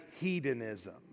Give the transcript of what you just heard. hedonism